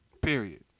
Period